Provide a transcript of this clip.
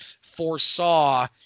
foresaw